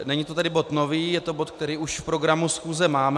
Není to bod nový, je to bod, který už v programu schůze máme.